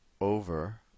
over